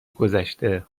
گذشته